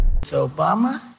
Obama